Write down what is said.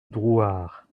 drouhard